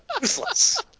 Useless